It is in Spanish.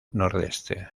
nordeste